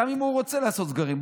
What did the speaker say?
גם אם הוא רוצה לעשות סגרים.